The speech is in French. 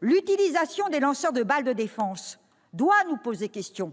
L'utilisation des lanceurs de balles de défense doit nous poser question.